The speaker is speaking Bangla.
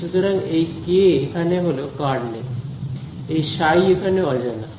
সুতরাং এই কে এখানে হল কার্নেল এই ψ এখানে অজানা